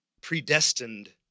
predestined